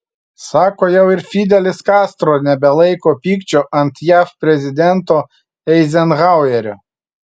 sako jau ir fidelis kastro nebelaiko pykčio ant jav prezidento eizenhauerio